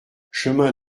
chemin